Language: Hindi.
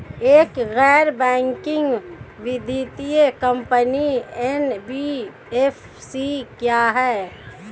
एक गैर बैंकिंग वित्तीय कंपनी एन.बी.एफ.सी क्या है?